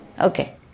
Okay